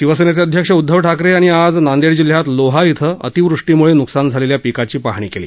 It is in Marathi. शिवसेना अध्यक्ष उदधव ठाकरे यांनी आज नांदेड जिल्ह्यात लोहा इथं अतिवृष्टीमुळे नुकसान झालेल्या पिकाची पाहणी केली